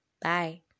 Bye